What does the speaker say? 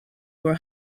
were